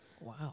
wow